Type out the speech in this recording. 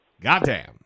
Goddamn